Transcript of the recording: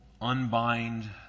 unbind